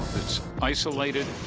it's isolated.